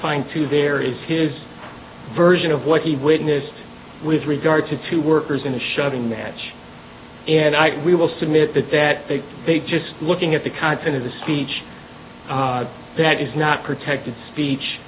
find through there is his version of what he witnessed with regard to two workers in a shouting match and i we will submit that that big big just looking at the content of the speech that is not protected speech